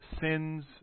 sins